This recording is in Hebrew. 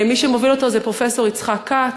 מי שמוביל אותו זה פרופסור יצחק כץ.